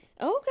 okay